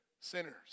sinners